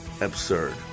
absurd